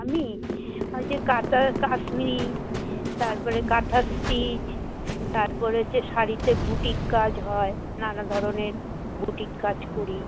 আমি ওই যে কাঁথা কাশ্মীরি তারপরে কাঁথা স্টিচ তারপরে হচ্ছে শাড়িতে বুটিক কাজ হয় নানা ধরনের বুটিক কাজ করি